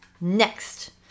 next